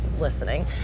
listening